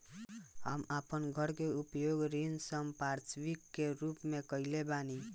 हम आपन घर के उपयोग ऋण संपार्श्विक के रूप में कइले बानी